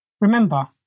Remember